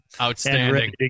Outstanding